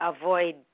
avoid